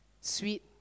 sweet